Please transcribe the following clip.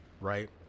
right